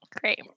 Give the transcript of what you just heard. Great